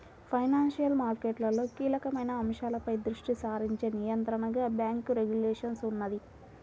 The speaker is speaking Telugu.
ఫైనాన్షియల్ మార్కెట్లలో కీలకమైన అంశాలపై దృష్టి సారించే నియంత్రణగా బ్యేంకు రెగ్యులేషన్ ఉన్నది